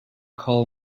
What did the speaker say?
call